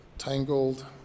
Tangled